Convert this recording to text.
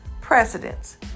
precedents